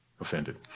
offended